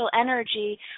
energy